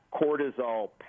cortisol